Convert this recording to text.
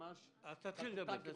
לא